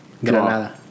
Granada